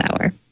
Hour